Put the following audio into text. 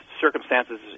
circumstances